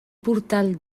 portal